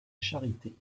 charité